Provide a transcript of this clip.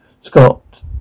Scott